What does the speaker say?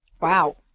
Wow